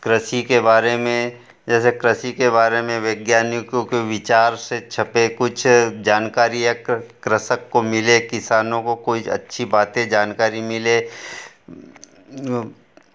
कृषि के बारे में जैसे कृषि के बारे में वैज्ञानिकों के विचार से छपे कुछ जानकारियाँ कृषक को मिले किसानों को कोई अच्छी बातें जानकारी मिले